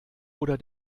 oder